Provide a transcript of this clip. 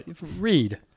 Read